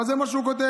אבל זה מה שהוא כותב.